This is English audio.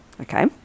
okay